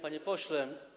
Panie Pośle!